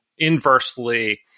inversely